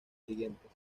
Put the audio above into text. siguientes